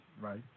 Right